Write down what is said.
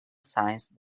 since